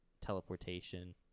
teleportation